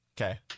Okay